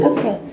Okay